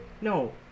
No